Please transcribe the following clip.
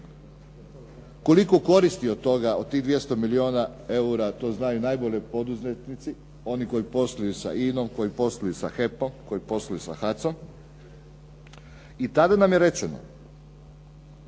Koliko koristi od toga, od tih 200 milijuna eura to znaju najbolje poduzetnici, oni koji posluju sa INA-om, koji posluju sa HEP-om, koji posluju sa HAC-om. I tada nam je rečeno